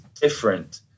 different